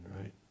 right